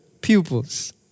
pupils